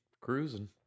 cruising